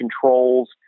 controls